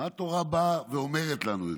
מה התורה באה ואומרת לנו?